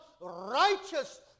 righteous